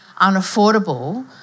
unaffordable